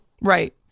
Right